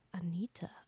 Anita